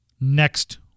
next